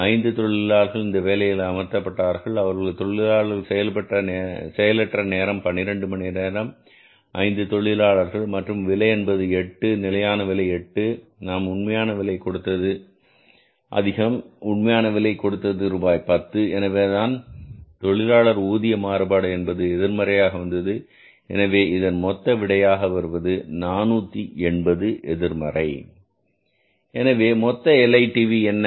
5 தொழிலாளர்கள் இந்த வேலையில் அமர்த்தப்பட்டார்கள் அவர்களது தொழிலாளர் செயலற்ற நேரம் 12 மணி நேரம் 5 தொழிலாளர்கள் மற்றும் விலை என்பது 8 நிலையான விலை 8 நாம் உண்மையான விலை கொடுத்தது அதிகம் உண்மையான விலையாக கொடுத்தது ரூபாய் 10 எனவேதான் தொழிலாளர் ஊதிய மாறுபாடு என்பது எதிர்மறையாக வந்தது எனவே இதன் மொத்த விடையாக வருவது 480 எதிர்மறை எனவே மொத்த LITV என்ன